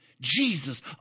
Jesus